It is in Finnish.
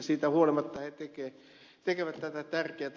siitä huolimatta he tekevät tätä tärkeätä työtä